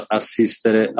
assistere